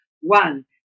one